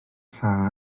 sara